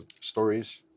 stories